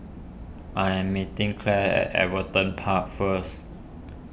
I am meeting Clair at Everton Park first